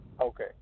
Okay